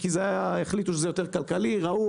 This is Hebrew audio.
אני לא רוצה לחשוף כי בכל פעם שאני אומר את זה חושבים שאני משמיץ.